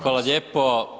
Hvala lijepo.